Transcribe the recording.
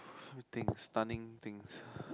let me think stunning things